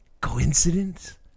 Coincidence